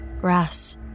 grass